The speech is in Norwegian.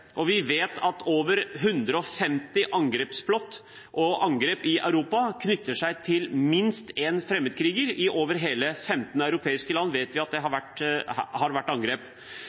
Og vi vet at over 150 angrepsplot og angrep i Europa knytter seg til minst én fremmedkriger; i over 15 europeiske land vet vi at det har vært angrep. Her har